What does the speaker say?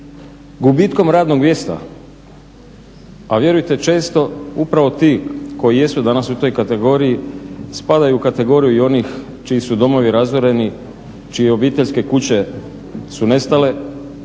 gubitkom radnog mjesta. A vjerujte često upravo ti koji jesu danas u toj kategoriji spadaju u kategoriju i onih čiji su domovi razoreni, čije obiteljske kuće su nestale